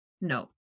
no